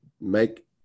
make